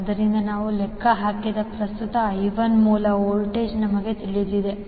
ಆದ್ದರಿಂದ ನಾವು ಲೆಕ್ಕ ಹಾಕಿದ ಪ್ರಸ್ತುತ I1 ಮೂಲ ವೋಲ್ಟೇಜ್ ನಮಗೆ ತಿಳಿದಿದೆ